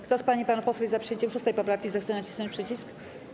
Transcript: Kto z pań i panów posłów jest za przyjęciem 6. poprawki, zechce nacisnąć przycisk.